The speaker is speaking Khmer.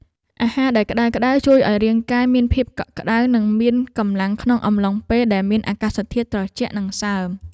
អាហារដែលក្ដៅៗជួយឱ្យរាងកាយមានភាពកក់ក្តៅ និងមានកម្លាំងក្នុងអំឡុងពេលដែលមានអាកាសធាតុត្រជាក់និងសើម។